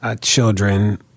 children